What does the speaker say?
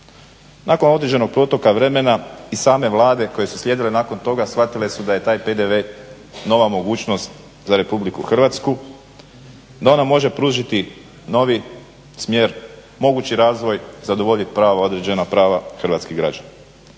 Nakon određenog protoka vremena i same vlade koje su slijedile nakon toga shvatile su da je taj PDV nova mogućnost za RH, da ona može pružiti novi smjer, mogući razvoj i zadovoljiti određena prava hrvatskih građana.